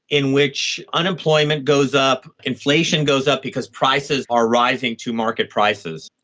in which unemployment goes up, inflation goes up because prices are rising to market prices.